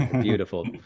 Beautiful